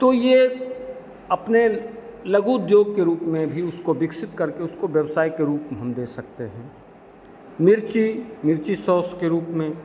तो यह अपने लघु उद्योग के रूप में ही उसको विकसित करके उसको व्यवसाय के रूप में ले सकते हैं मिर्ची मिर्ची सौस के रूप में